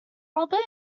albert